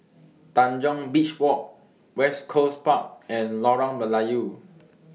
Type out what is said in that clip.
Tanjong Beach Walk West Coast Park and Lorong Melayu